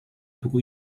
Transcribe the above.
buku